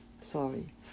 sorry